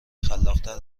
خلاقتر